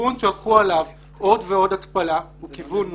הכיוון שהלכו עליו של עוד ועוד התפלה הוא כיוון נכון.